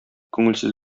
күңелсез